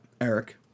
Eric